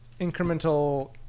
incremental